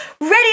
ready